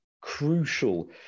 crucial